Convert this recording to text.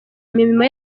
imirimo